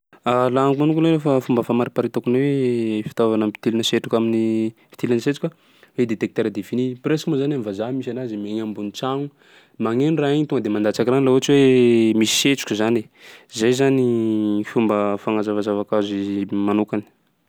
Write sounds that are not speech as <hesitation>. <hesitation> Laha amiko manokany hoe fa- fomba famariparitako ny hoe fitaovana ampidirana setroka amin'ny fitiliana setroka hoe détecteur de fumée. Presque moa zany am'vazaha misy anazy mi- egny ambony tragno. Magneno raha igny tonga de mandatsaka rano laha ohatsy hoe misy setroky zany e. Zay zany fomba fagnazavazavako azy manokany.